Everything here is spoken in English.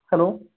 hello